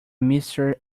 mystery